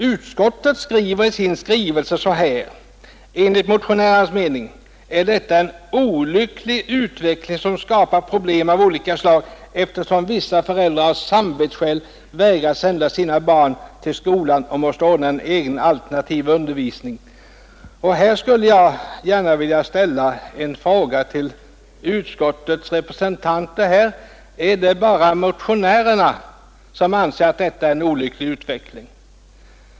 Utskottet anför i sin skrivning att detta enligt motionärernas mening är ”en olycklig utveckling som skapar problem av olika slag eftersom vissa föräldrar av samvetsskäl vägrar sända sina barn till skolan och måste ordna egen alternativ undervisning”. Jag skulle vilja ställa följande fråga till utskottets representanter: Är det bara motionärerna som anser detta vara en olycklig utveckling?